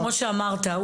כמו שאמרת,